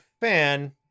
fan